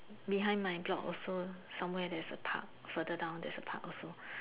behind my block also somewhere there's a park further down there's a park also